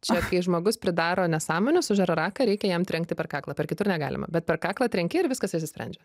čia kai žmogus pridaro nesąmonių su žararaka reikia jam trenkti per kaklą per kitur negalima bet per kaklą trenki ir viskas išsisprendžia